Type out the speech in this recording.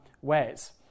ways